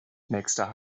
nächster